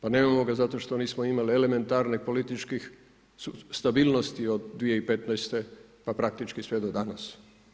Pa nemamo ga zato što nismo imali elementarnih političkih stabilnosti od 2015. pa praktički sve do danas.